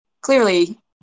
clearly